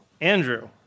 Andrew